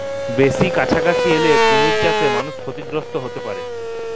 বেসি কাছাকাছি এলে কুমির চাসে মালুষ ক্ষতিগ্রস্ত হ্যতে পারে